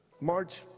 March